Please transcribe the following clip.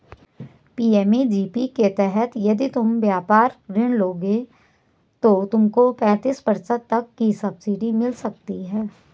PMEGP के तहत यदि तुम व्यापार ऋण लोगे तो तुमको पैंतीस प्रतिशत तक की सब्सिडी मिल सकती है